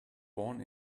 born